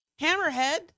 hammerhead